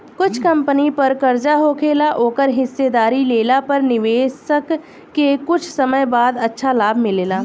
कुछ कंपनी पर कर्जा होखेला ओकर हिस्सेदारी लेला पर निवेशक के कुछ समय बाद अच्छा लाभ मिलेला